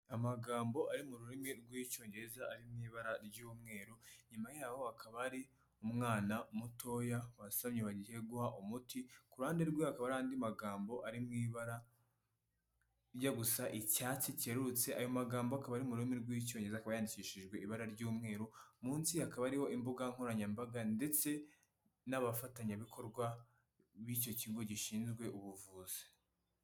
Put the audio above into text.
Amagambo ari mu rurimi rw'icyongereza ari mu ibara ry'umweru, inyuma yaho hakaba hari umwana mutoya wasamye, bagiye guha umuti, ku ruhande rwe hakaba hari andi magambo ari mu ibara rijya gusa icyatsi kerurutse, ayo magambo akaba ari mu rurimi rw'icyongereza, akaba yandikishijwe ibara ry'umweru, munsi hakaba hariho imbuga nkoranyambaga ndetse n'abafatanyabikorwa b'icyo kigo gishinzwe ubuvuzi.